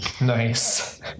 nice